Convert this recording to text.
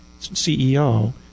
CEO